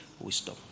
wisdom